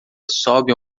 sobe